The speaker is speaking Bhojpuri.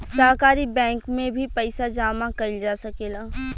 सहकारी बैंक में भी पइसा जामा कईल जा सकेला